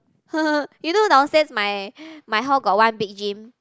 you know downstairs my my house got one big gym